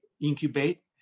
incubate